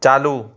चालू